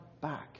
back